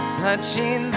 touching